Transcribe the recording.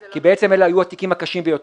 כי אלו היו התיקים הקשים ביותר.